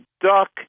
duck